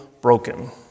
broken